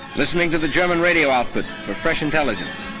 listening to the german radio output for fresh intelligence.